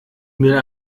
mail